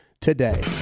today